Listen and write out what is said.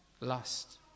Lust